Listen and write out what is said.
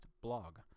blog